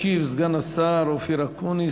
ישיב סגן השר אופיר אקוניס,